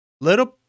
little